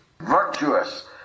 Virtuous